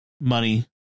money